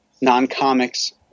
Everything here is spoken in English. non-comics